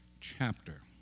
chapter